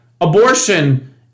abortion